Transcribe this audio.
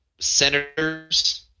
senators